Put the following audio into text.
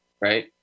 right